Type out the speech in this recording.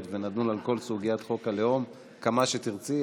ונדון על כל סוגיית חוק הלאום כמה שתרצי,